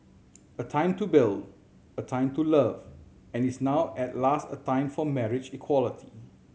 a time to build a time to love and is now at last a time for marriage equality